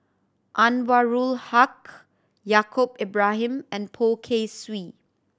Anwarul Haque Yaacob Ibrahim and Poh Kay Swee